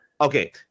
Okay